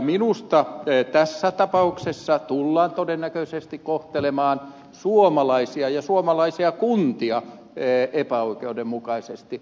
minusta tässä tapauksessa tullaan todennäköisesti kohtelemaan suomalaisia ja suomalaisia kuntia epäoikeudenmukaisesti